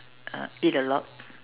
uh eat a lot